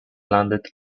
landed